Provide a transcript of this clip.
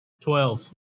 Twelve